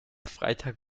freitag